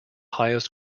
highest